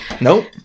Nope